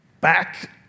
back